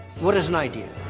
what is an idea?